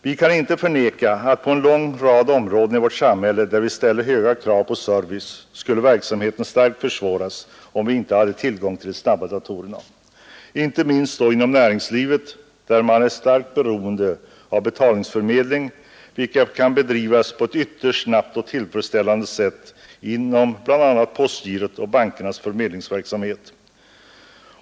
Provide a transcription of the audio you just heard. På en lång rad av områden i vårt samhälle, där vi ställer höga krav på service, skulle verksamheten starkt försvåras om vi inte hade tillgång till de snabba datorerna, inte minst inom näringslivet där man är starkt beroende av betalningsförmedling, som kan bedrivas på ett ytterst snabbt och tillfredsställande sätt inom bl.a. postgirots och bankernas förmedlingsverksamhet.